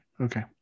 Okay